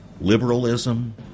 liberalism